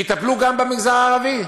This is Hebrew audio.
שיטפלו גם במגזר הערבי.